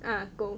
ah 狗